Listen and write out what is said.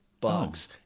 bugs